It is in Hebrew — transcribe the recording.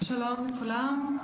שלום לכולם.